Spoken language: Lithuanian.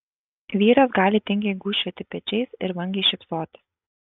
vyras gali tingiai gūžčioti pečiais ir vangiai šypsotis